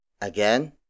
again